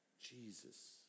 Jesus